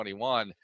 2021